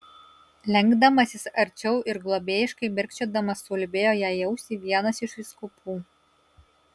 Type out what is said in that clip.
lenkdamasis arčiau ir globėjiškai mirkčiodamas suulbėjo jai į ausį vienas iš vyskupų